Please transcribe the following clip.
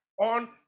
on